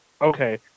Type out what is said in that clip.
Okay